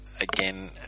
again